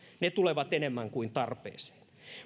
ne tulevat enemmän kuin tarpeeseen